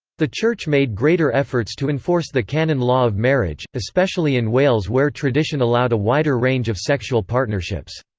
the church made greater efforts to enforce the canon law of marriage, especially in wales where tradition allowed a wider range of sexual partnerships.